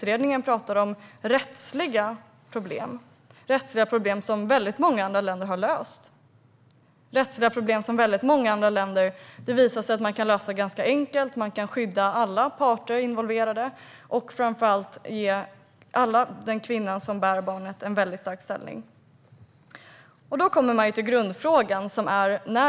Den talade om rättsliga problem - rättsliga problem som många andra länder har löst och det ganska enkelt. Man kan skydda alla involverade parter och framför allt ge kvinnan som bär barnet en stark ställning. Då kommer vi till grundfrågan.